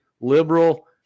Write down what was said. liberal